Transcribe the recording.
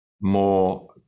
more